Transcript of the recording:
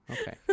Okay